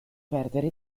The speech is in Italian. perdere